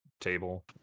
table